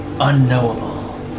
unknowable